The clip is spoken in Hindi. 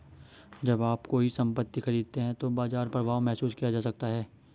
जब आप कोई संपत्ति खरीदते हैं तो बाजार प्रभाव महसूस किया जा सकता है